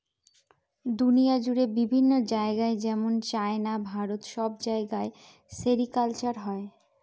দুনিয়া জুড়ে বিভিন্ন জায়গায় যেমন চাইনা, ভারত সব জায়গায় সেরিকালচার হয়